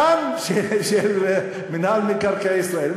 מאזן של מינהל מקרקעי ישראל.